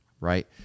Right